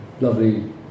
lovely